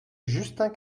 justin